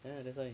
ya that's why